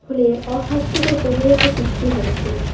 ফলে অস্বাস্থ্যকর পরিবেশের সৃষ্টি হচ্ছে